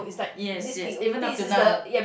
yes yes even up till now